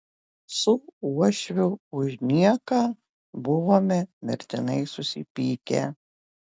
su uošviu už nieką buvome mirtinai susipykę